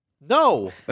No